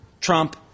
Trump